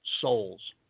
souls